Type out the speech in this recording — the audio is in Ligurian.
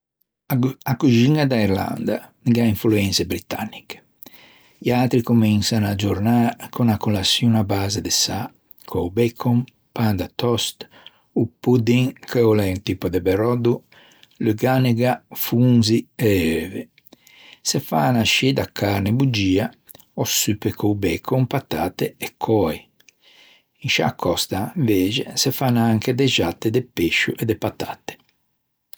A coxiña da Irlanda gh'à influençe britanniche. Liatri cominsan a giornâ con a colaçion à base de sâ, co-o bacon, pan da toast ò pudding che o l'é un tipo de berödo, luganega, fonzi e euve. Se fan ascì da carne boggia ò suppe co-o bacon, patatte e cöi. In sciâ còsta, invexe, se fan anche de xatte de pescio e de patatte.